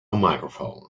microphone